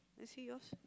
I see yours